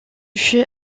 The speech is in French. fut